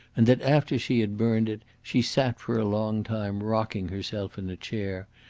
and that after she had burned it she sat for a long time rocking herself in a chair,